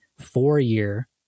four-year